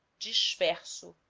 disperso